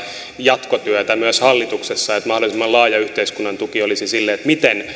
jatkotyötä myös hallituksessa että mahdollisimman laaja yhteiskunnan tuki olisi sille miten